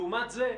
לעומת זאת,